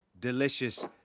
Delicious